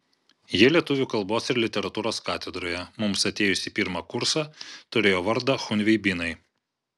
jie lietuvių kalbos ir literatūros katedroje mums atėjus į pirmą kursą turėjo vardą chunveibinai